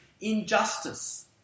injustice